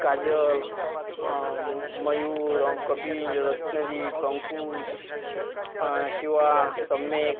काजल मयूर आणि कपिल रत्नजित अंकुश शिवा सम्येक